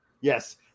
Yes